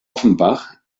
offenbach